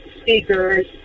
speakers